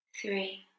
three